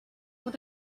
what